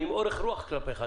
אני עם אורך-רוח כלפיך.